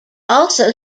also